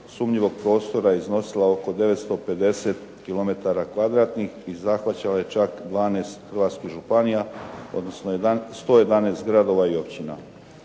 sumnjivog prostora je iznosila oko 950 kilometara kvadratnih i zahvaćala je čak 12 hrvatskih županija, odnosno 111 gradova i općina.